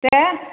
दे